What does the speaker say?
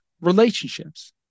relationships